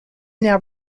now